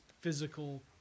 physical